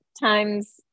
times